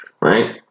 right